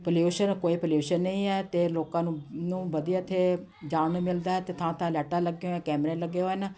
pollution ਕੋਈ pollution ਨਹੀਂ ਹੈ ਅਤੇ ਲੋਕਾਂ ਨੂੰ ਨੂੰ ਵਧੀਆ ਇੱਥੇ ਜਾਣ ਨੂੰ ਮਿਲਦਾ ਹੈ ਅਤੇ ਥਾਂ ਥਾਂ ਲਾਈਟਾਂ ਲੱਗੀਆਂ ਹੋਈਆਂ ਕੈਮਰੇ ਲੱਗੇ ਹੋਏ ਹਨ